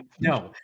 no